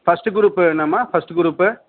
first group என்னமா first group